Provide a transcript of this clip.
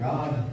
God